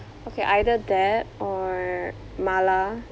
okay either that or mala